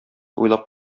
уйлап